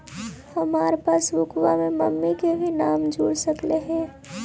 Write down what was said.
हमार पासबुकवा में मम्मी के भी नाम जुर सकलेहा?